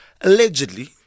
allegedly